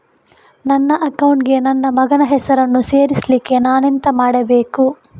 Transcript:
ನನ್ನ ಅಕೌಂಟ್ ಗೆ ನನ್ನ ಮಗನ ಹೆಸರನ್ನು ಸೇರಿಸ್ಲಿಕ್ಕೆ ನಾನೆಂತ ಮಾಡಬೇಕು?